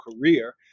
career